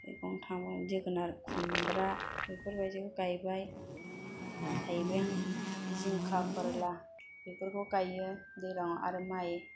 मैगं थाइगं जोगोनार खुम्ब्रा बेफोर बायदि गायबाय थायबें जिंखा फोरला बेफोरखौ गायो दैज्लांआव आरो माइ